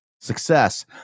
success